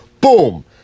Boom